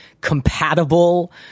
compatible